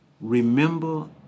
remember